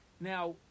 now